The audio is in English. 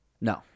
No